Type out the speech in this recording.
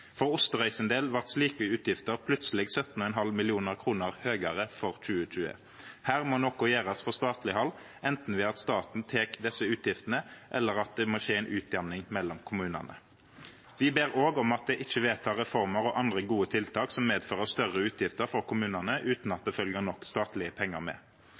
For Osterøy sin del vart slike utgifter plutseleg 17,5 millionar kroner høgare for 2020. Her må noko gjerast frå statleg hald, anten ved at staten tek alle desse utgiftene, eller at det må skje ein utjamning mellom kommunane. Vi ber òg om at de ikkje vedtar reformer og andre gode tiltak som medfører større utgifter for kommunane utan at det følgjer nok statlege pengar med.